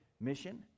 mission